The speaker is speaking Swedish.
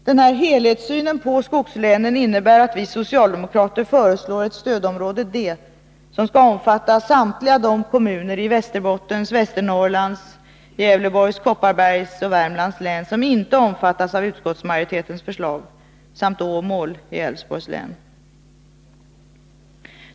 Den här helhetssynen på skogslänen innebär att vi socialdemokrater föreslår ett stödområde D, som skall omfatta samtliga de kommuner i Västerbottens, Västernorrlands, Gävleborgs, Kopparbergs och Värmlands län som inte omfattas av utskottsmajoritetens förslag.